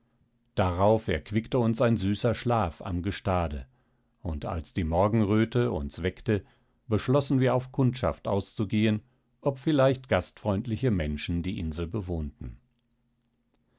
darauf erquickte uns ein süßer schlaf am gestade und als die morgenröte uns weckte beschlossen wir auf kundschaft auszugehen ob vielleicht gastfreundliche menschen die insel bewohnten